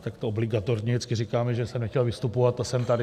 Takto obligatorně vždycky říkáme, že jsem nechtěl vystupovat, a jsem tady.